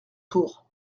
tour